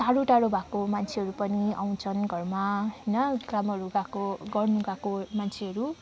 टाढो टाढो भएको मान्छेहरू पनि आउँछन् घरमा होइन कामहरू गएको गर्नुगएको मान्छेहरू